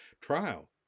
trial